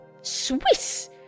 Swiss